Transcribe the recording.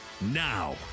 Now